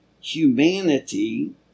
humanity